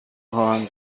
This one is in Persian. خواهم